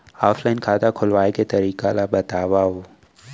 Offline खाता खोलवाय के तरीका ल बतावव?